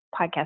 podcast